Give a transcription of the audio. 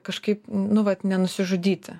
kažkaip nu vat nenusižudyti